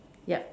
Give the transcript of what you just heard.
yup